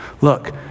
Look